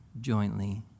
jointly